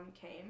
came